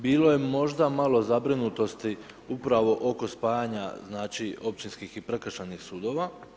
Bilo je možda malo zabrinutosti upravo oko spajanja znači općinskih i prekršajnih sudova.